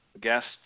guest